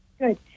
Good